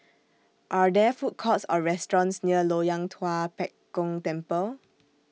Are There Food Courts Or restaurants near Loyang Tua Pek Kong Temple